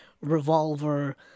Revolver